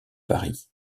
paris